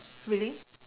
really